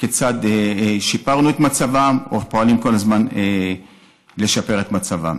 כיצד שיפרנו את מצבן או פועלים כל הזמן לשפר את מצבן.